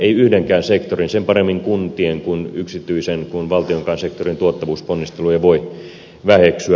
ei yhdenkään sektorin sen paremmin kuntien kuin yksityisen kuin valtionkaan sektorin tuottavuusponnisteluja voi väheksyä